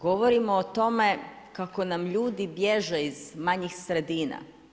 Govorimo o tome kako nam ljudi bježe iz manjih sredina.